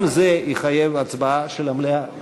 גם זה יחייב הצבעה של המליאה.